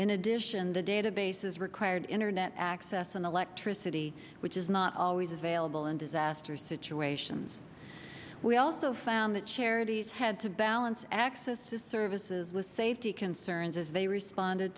in addition the databases required internet access and electricity which is not always available in disaster situations we also found that charities had to balance access to services with safety concerns as they responded